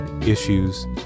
issues